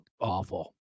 awful